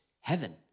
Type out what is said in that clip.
Heaven